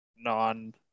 non